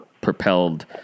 propelled